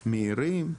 מהירים?